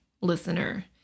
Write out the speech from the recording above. listener